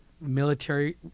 military